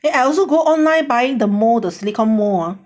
then I also go online buying the mold the silicon mold ah